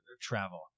travel